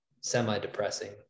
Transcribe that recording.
semi-depressing